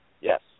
Yes